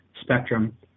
spectrum